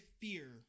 fear